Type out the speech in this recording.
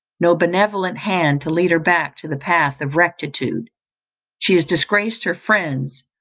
no benevolent hand to lead her back to the path of rectitude she has disgraced her friends,